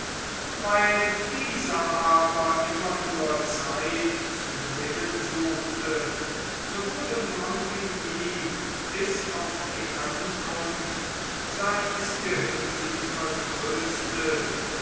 weil dieser aber immer nur zeit zu gewinnen suchte so wurde montigny bis auf die ankunft seines gehilfen vertröstet